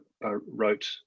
wrote